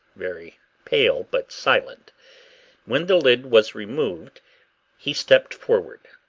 very pale but silent when the lid was removed he stepped forward.